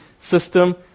system